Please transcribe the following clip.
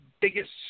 biggest